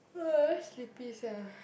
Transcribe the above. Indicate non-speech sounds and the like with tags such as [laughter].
[noise] very sleepy sia